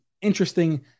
interesting